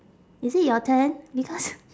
is it your turn because